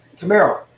Camaro